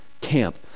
camp